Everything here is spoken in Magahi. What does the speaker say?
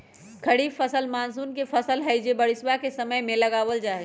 खरीफ फसल मॉनसून के फसल हई जो बारिशवा के समय में लगावल जाहई